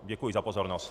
Děkuji za pozornost.